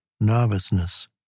nervousness